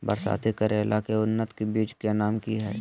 बरसाती करेला के उन्नत बिज के नाम की हैय?